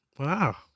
Wow